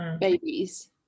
babies